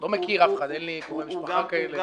לא מכיר אף אחד, אין לי קרובי משפחה כאלה.